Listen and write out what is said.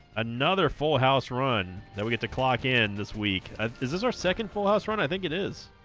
another full house run that we get to clock in this week this is our second full house run i think it is